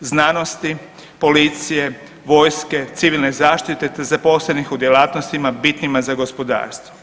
znanosti, policije, vojske, civilne zaštite te zaposlenih u djelatnostima bitnima za gospodarstvo.